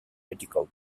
ethical